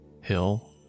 Hill